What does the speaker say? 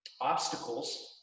obstacles